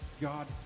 God